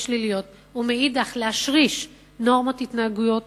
שליליות ומאידך גיסא להשריש נורמות התנהגות